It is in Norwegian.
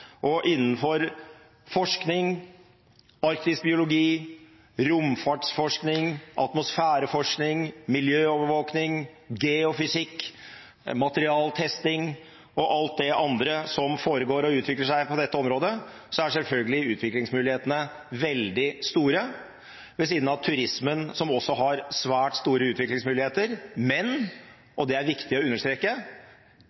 Innenfor forskning, arktisk biologi, romfartsforskning, atmosfæreforskning, miljøovervåkning, geofysikk, materialtesting og alt det andre som foregår og utvikler seg på dette området, er selvfølgelig utviklingsmulighetene veldig store, ved siden av turismen, som også har svært store utviklingsmuligheter, men